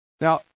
Now